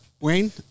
Wayne